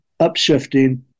Upshifting